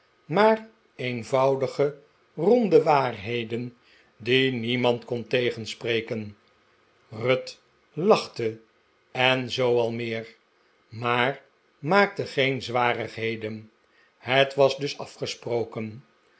maar eenvoudige ronde waarheden die niemand kon tegenspreken ruth lachte en zoo al meer maar maakte geen zwarigheden het was dus afgesproken